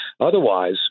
Otherwise